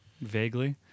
vaguely